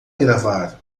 gravar